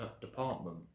department